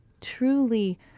truly